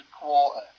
quarter